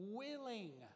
willing